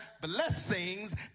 blessings